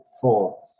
four